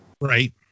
right